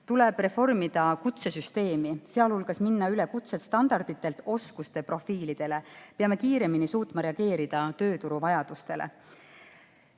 Tuleb reformida kutsesüsteemi, sh minna kutsestandarditelt üle oskuste profiilidele. Peame kiiremini suutma reageerida tööturu vajadustele.